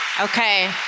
Okay